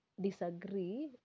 disagree